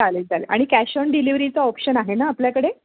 चालेल चालेल आणि कॅश ऑन डिलिवरीचं ऑप्शन आहे ना आपल्याकडे